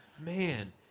man